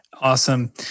Awesome